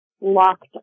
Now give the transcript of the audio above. locked